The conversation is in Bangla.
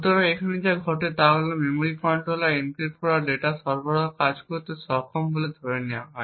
সুতরাং এখানে যা ঘটে তা হল মেমরি কন্ট্রোলার এনক্রিপ্ট করা ডেটা সরবরাহে কাজ করতে সক্ষম বলে ধরে নেওয়া হয়